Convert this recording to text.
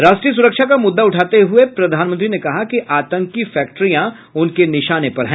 राष्ट्रीय सुरक्षा का मुद्दा उठाते हुए प्रधानमंत्री ने कहा कि आतंक की फैक्ट्रियां उनके निशाने पर हैं